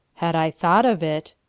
had i thought of it,